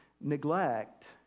neglect